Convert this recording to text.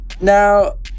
Now